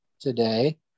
today